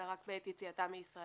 אלא רק בעת יציאתם מישראל.